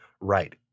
right